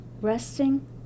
resting